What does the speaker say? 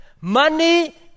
Money